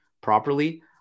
properly